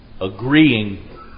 agreeing